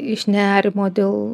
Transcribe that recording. iš nerimo dėl